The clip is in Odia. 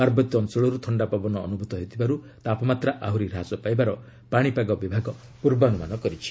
ପାର୍ବତ୍ୟ ଅଞ୍ଚଳରୁ ଥକ୍ଷାପବନ ଅନୁଭୂତ ହେଉଥିବାରୁ ତାପମାତ୍ରା ଆହୁରି ହ୍ରାସ ପାଇବାର ପାଣିପାଗ ବିଭାଗ ପୂର୍ବାନୁମାନ କରିଛି